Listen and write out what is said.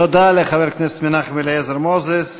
תודה לחבר הכנסת מנחם אליעזר מוזס.